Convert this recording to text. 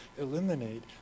eliminate